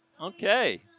Okay